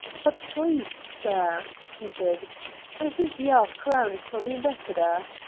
but, please, sir, he begged i think the arf-crown is for the ambassador.